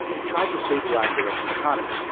he tried to stabilize the russian economy,